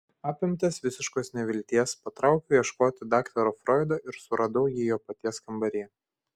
apimtas visiškos nevilties patraukiau ieškoti daktaro froido ir suradau jį jo paties kambaryje